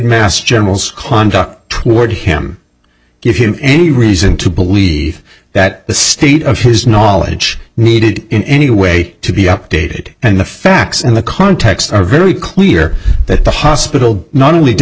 mass generals conduct twerk him give him any reason to believe that the state of his knowledge needed in any way to be updated and the facts in the context are very clear that the hospital not only did